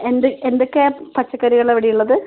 എന്ത് എന്തൊക്കെ പച്ചക്കറികളാണ് അവിടെ ഉള്ളത്